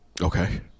okay